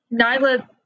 Nyla